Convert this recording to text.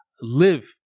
live